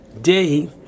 day